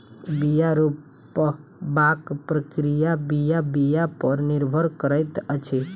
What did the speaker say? बीया रोपबाक प्रक्रिया बीया बीया पर निर्भर करैत अछि